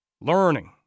learning